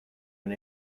and